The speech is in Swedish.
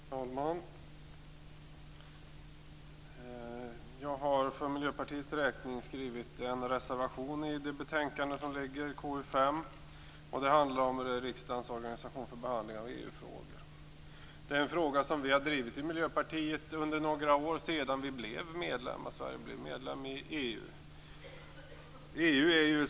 Herr talman! Jag har för Miljöpartiets räkning skrivit en reservation i det betänkande som vi nu behandlar, KU5. Den handlar om riksdagens organisation för behandling av EU-frågor. Det är en fråga som vi i Miljöpartiet har drivit under några år, dvs. sedan Sverige blev medlem i EU.